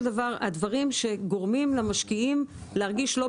דבר הדברים שגורמים למשקיעים להרגיש לא בנוח.